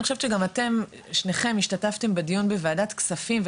אני חושבת ששניכם השתתפתם בדיון בוועדת כספים,